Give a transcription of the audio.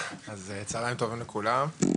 צוהריים טובים לכולם,